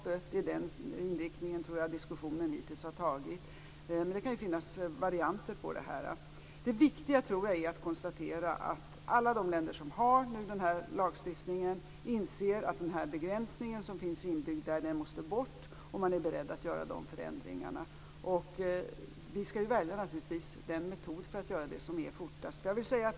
Jag tror att det är den inriktningen som diskussionen hittills har tagit. Men det kan ju finnas varianter på detta. Jag tror att det är viktigt att alla de länder som har den här lagstiftningen inser att den begränsning som finns inbyggd måste bort. Och man är beredd att göra dessa förändringar. Vi skall naturligtvis välja den metod för att göra detta som går fortast.